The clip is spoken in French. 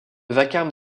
vacarme